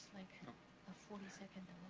like you know a forty second